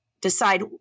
decide